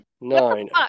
Nine